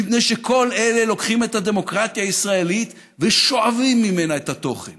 מפני שכל אלה לוקחים את הדמוקרטיה הישראלית ושואבים ממנה את התוכן